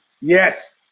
Yes